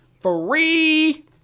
Free